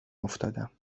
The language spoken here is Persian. افتادم